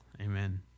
Amen